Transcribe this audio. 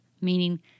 Meaning